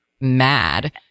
mad